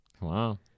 Wow